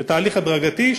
זה תהליך הדרגתי,